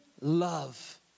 love